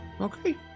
okay